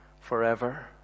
forever